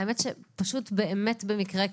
האמת היא שפשוט באמת במקרה,